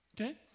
Okay